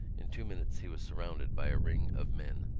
in two minutes he was surrounded by a ring of men.